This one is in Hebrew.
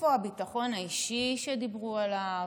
איפה הביטחון האישי שדיברו עליו?